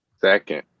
Second